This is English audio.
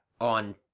On